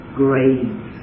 grades